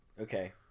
Okay